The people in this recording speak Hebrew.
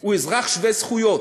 הוא אזרח שווה זכויות,